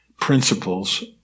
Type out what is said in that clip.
principles